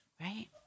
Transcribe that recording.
Right